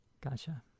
Gotcha